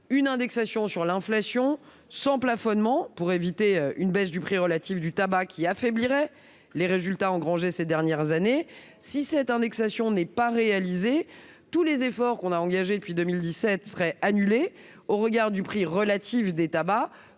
une indexation sur l'inflation sans plafonnement, afin d'éviter une baisse du prix relatif du tabac qui affaiblirait les résultats engrangés ces dernières années. Si cette indexation n'était pas réalisée, tous les efforts engagés depuis 2017 seraient annulés au regard du prix relatif des tabacs